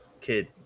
kid